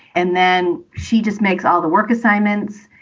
and then she just makes all the work assignments.